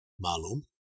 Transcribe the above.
malum